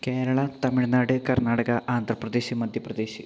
Kerala Tamil Nadu Karnataka Andhra Pradesh Madhya Pradesh